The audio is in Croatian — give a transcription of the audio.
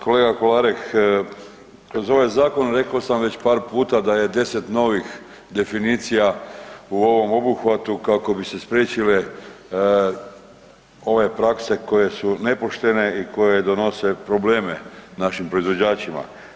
Pa kolega Kolarek, kroz ovaj zakon reko sam već par puta da je 10 novih definicija u ovom obuhvatu kako bi se spriječile ove prakse koje su nepoštene i koje donose probleme našim proizvođačima.